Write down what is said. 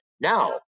Now